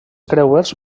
creuers